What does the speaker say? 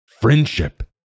friendship